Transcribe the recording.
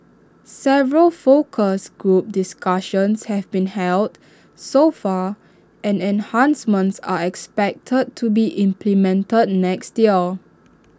several focus group discussions have been held so far and enhancements are expected to be implemented next year